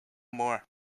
more